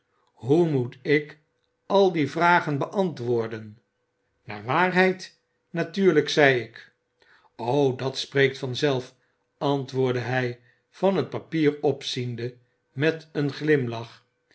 hoe moet ik al die vragen beantwoorden naar waarheid natuurlgk zei ik jfot dat spreekt vanzelfl antwoordde hg van het papier opziende met een glimlach